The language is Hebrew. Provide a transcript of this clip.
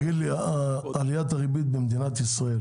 תגיד לי, עליית הריבית במדינת ישראל